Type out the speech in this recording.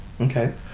Okay